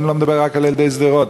אני לא מדבר רק על ילדי שדרות.